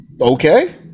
okay